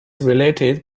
related